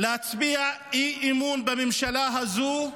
להצביע אי-אמון בממשלה הזאת,